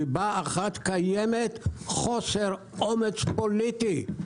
מסיבה אחת: קיים חוסר אומץ פוליטי.